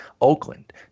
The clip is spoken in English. Oakland